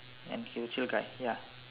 ya